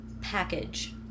package